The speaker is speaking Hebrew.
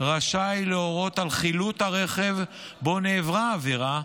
רשאי להורות על חילוט הרכב שבו נעברה העבירה,